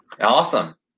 Awesome